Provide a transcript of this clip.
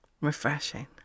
Refreshing